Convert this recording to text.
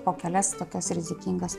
po kelias tokias rizikingas